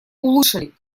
улучшили